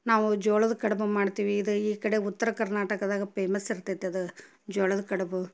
ನಾವು ಜೋಳದ ಕಡುಬು ಮಾಡ್ತೀವಿ ಇದು ಈ ಕಡೆ ಉತ್ತರ ಕರ್ನಾಟಕದಾಗ ಪೇಮಸ್ ಇರ್ತೈತೆ ಅದು ಜೋಳದ ಕಡಬು